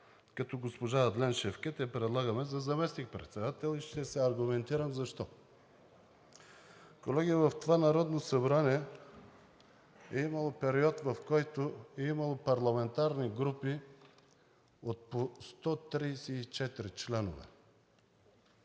като госпожа Адлен Шевкед я предлагаме за заместник-председател и ще се аргументирам защо. Колеги, в това Народно събрание е имало период, в който е имало парламентарни групи от по 134 членове